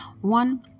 One